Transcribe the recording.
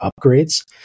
upgrades